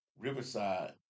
Riverside